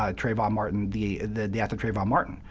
ah trayvon martin, the the death of trayvon martin,